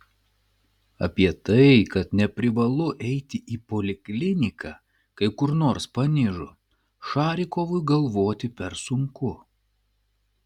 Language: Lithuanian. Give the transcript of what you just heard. apie tai kad neprivalu eiti į polikliniką kai kur nors panižo šarikovui galvoti per sunku